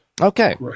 Okay